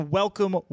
welcome